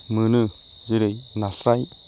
मोनो जेरै नास्राइ